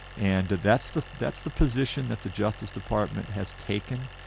and that's the that's the position that the justice department has taken.